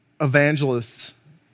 evangelists